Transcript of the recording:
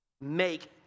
Make